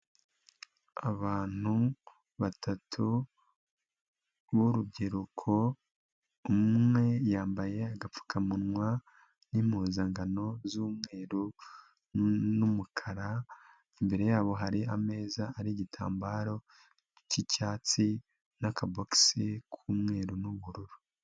Abantu batatu b'urubyiruko umwe yambaye agapfukamunwa n'impuzangano z'umweru n'umukara, imbere yabo hari ameza ari igitambaro cy'icyatsi n'akabogisi k'umweru n'ubururu.